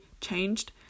changed